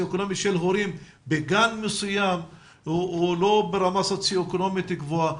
אקונומי של הורים בגן מסוים לא ברמה סוציו אקונומית גבוהה,